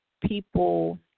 people